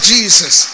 Jesus